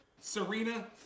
Serena